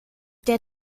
der